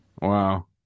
Wow